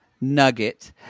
Nugget